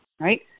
right